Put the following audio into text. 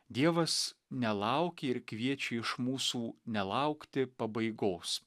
dievas nelaukia ir kviečia iš mūsų nelaukti pabaigos